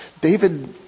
David